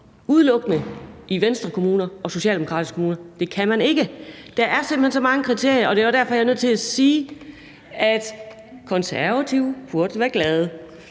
udelukkende i Venstrekommuner og socialdemokratiske kommuner, for det kan man ikke. Der er simpelt hen så mange kriterier, og det er derfor, jeg er nødt til at sige, at Konservative burde være glade.